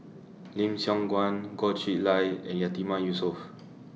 Lim Siong Guan Goh Chiew Lye and Yatiman Yusof